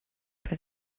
but